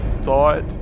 thought